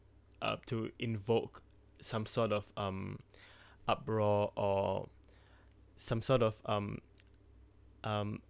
uh to invoke some sort of um uproar or some sort of um um